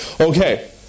Okay